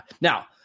Now